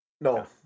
no